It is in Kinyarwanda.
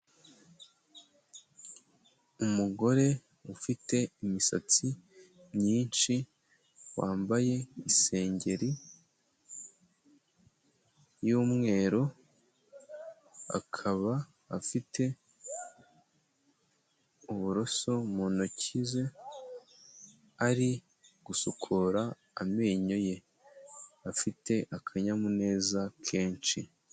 Umugore ufite imisatsi myinshi, wambaye isengeri y'umweru, akaba afite uburoso mu ntoki ze ari gusukura amenyo ye, afite akanyamuneza kenshi.